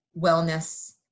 wellness